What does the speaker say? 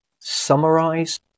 Summarize